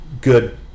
good